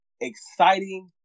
Exciting